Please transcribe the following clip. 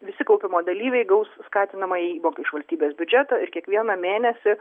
visi kaupimo dalyviai gaus skatinamąją įmoką iš valstybės biudžeto ir kiekvieną mėnesį